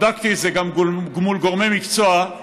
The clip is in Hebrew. בדקתי את זה גם מול גורמי מקצוע,